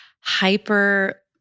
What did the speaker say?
hyper